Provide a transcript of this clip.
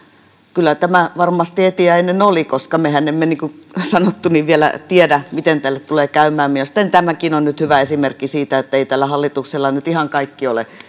kyllä tämä varmasti etiäinen oli koska mehän emme niin kuin sanottu vielä tiedä miten tälle tulee käymään mielestäni tämäkin on nyt hyvä esimerkki siitä että ei tällä hallituksella nyt ihan kaikki ole